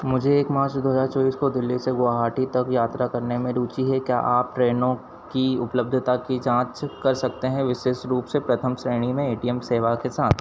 मुझे एक मार्च दो हज़ार चौबीस को दिल्ली से गुवाहाटी तक यात्रा करने में रुचि है क्या आप ट्रेनों की उपलब्धता की जाँच कर सकते हैं विशेष रूप से प्रथम श्रेणी में ए टी एम सेवा के साथ